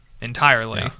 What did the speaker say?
entirely